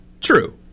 true